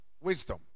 wisdom